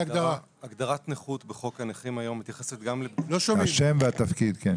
הגדרת נכות בחוק הנכים היום מתייחסת גם לפגיעה נפשית.